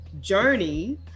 journey